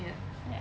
ya